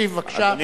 רק ישיב, בבקשה.